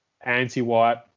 anti-white